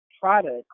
product